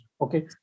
Okay